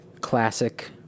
Classic